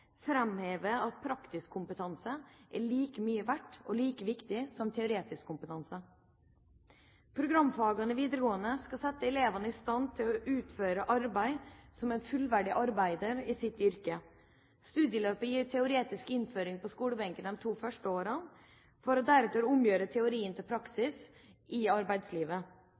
at praktisk kompetanse er like mye verd og like viktig som teoretisk kompetanse. Programfagene i videregående skole skal sette elevene i stand til å utføre arbeid som en fullverdig arbeider i sitt yrke. Studieløpet gir teoretisk innføring de første to årene på skolebenken, for deretter å omgjøre teorien til praksis i arbeidslivet.